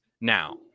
now